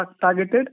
targeted